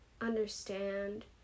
understand